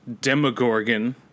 Demogorgon